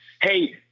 Hey